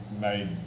made